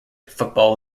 football